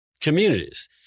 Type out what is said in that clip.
communities